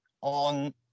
on